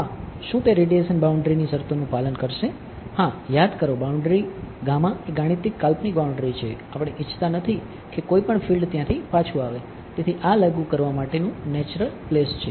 હા શું તે રેડીએશન બાઉન્ડ્રી પ્લેસ છે